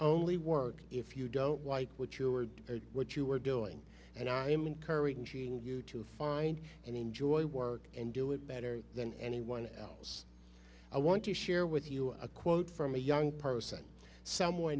only work if you don't like what you are what you are doing and i am encouraging you to find and enjoy work and do it better than anyone else i want to share with you a quote from a young person some